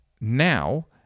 Now